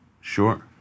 Sure